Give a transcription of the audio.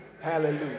Hallelujah